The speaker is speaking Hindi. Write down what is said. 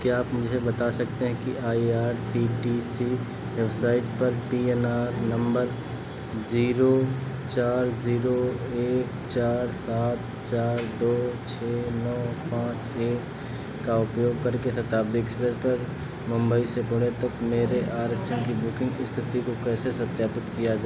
क्या आप मुझे बता सकते हैं कि I R C T C website पर P N R number zero चार जीरो एक चार सात चार दो छः नौ पाँच एक का उपयोग कर के शताब्दी एक्सप्रेस पर मुंबई से पुणे तक मेरे आरक्षण की बुकिंग स्थिति को कैसे सत्यापित किया जा